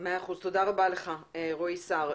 מאה אחוז, תודה רבה לך, רועי סער.